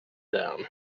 down